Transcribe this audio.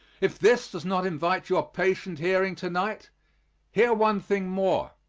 if this does not invite your patient hearing to-night hear one thing more.